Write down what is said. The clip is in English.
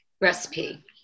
recipe